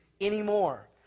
anymore